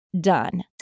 done